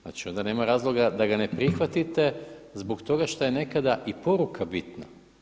Znači onda nema razloga da ga ne prihvatite zbog toga što je nekada i poruka bitna.